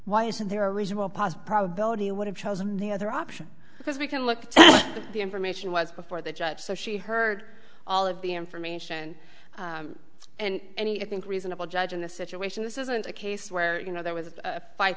why isn't there a reasonable possible probability you would have chosen the other option because we can look to the information was before the judge so she heard all of the information and any i think reasonable judge in this situation this isn't a case where you know there was a fight